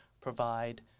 provide